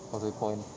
ataupun